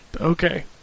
Okay